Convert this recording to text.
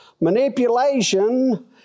Manipulation